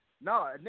no